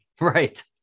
Right